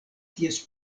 ties